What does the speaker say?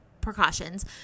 precautions